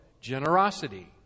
generosity